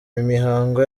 imihango